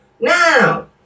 Now